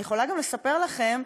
ואני יכולה גם לספר לכם,